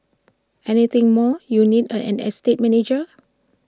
anything more you need an estate manager